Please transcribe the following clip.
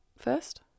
first